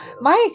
Mike